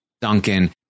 Duncan